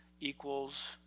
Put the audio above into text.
equals